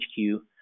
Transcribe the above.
HQ